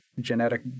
genetic